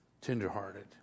tenderhearted